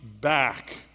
back